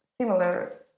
similar